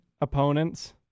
opponents